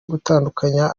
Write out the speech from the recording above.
gutandukanya